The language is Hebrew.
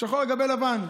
שחור על גבי לבן,